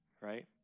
Right